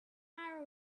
matter